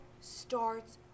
starts